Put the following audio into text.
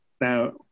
Now